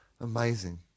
amazing